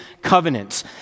covenants